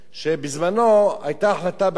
שבזמנה היתה החלטה בכנסת,